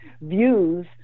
views